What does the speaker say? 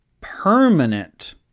permanent